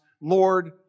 Lord